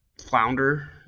flounder